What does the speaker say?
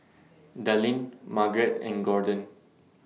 Dallin Margret and Gorden